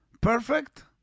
perfect